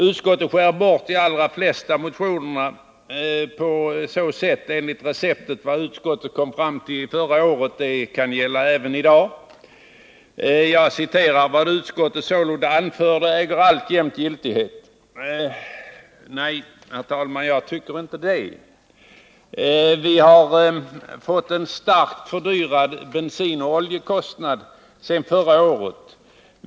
Utskottet skär bort de allra flesta motionerna enligt receptet att vad utskottet kom fram till förra året kan tillämpas även i dag. Utskottet skriver: ”Vad utskottet sålunda anförde äger alltjämt giltighet.” Nej, herr talman, jag tycker inte det. Vi har fått en starkt förhöjd bensinoch oljekostnad sedan förra året.